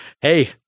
Hey